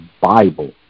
bible